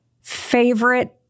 favorite